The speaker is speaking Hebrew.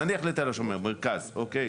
נניח לתל השומר מרכז, אוקי?